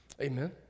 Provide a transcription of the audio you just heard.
Amen